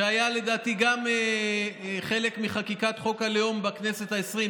שהיה לדעתי גם חלק מחקיקת חוק הלאום בכנסת העשרים,